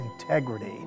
integrity